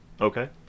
Okay